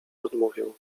odmówił